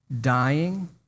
Dying